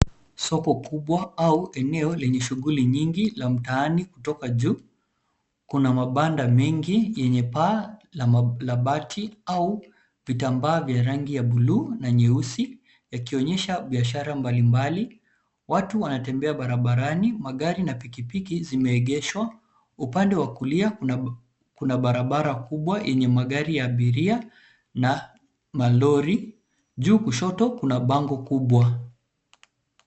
Soko kubwa au eneo lenye shughuli nyingi la mtaani kutoka juu. Kuna mabanda mengi yenye paa la bati au vitambaa vya rangi ya bluu na nyeusi, yakionyesha biashara mbalimbali. Watu wanatembea barabarani, magari na pikipiki zimeegeshwa. Upande wa kulia kuna barabara kubwa yenye magari ya abiria na malori. Juu kushoto kuna bango kubwa.